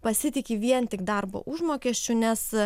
pasitiki vien tik darbo užmokesčiu nes